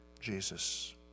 Jesus